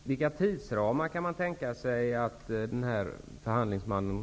Herr talman! Vilka tidsramar kan man tänka sig kan komma att gälla för den här förhandlingsmannen?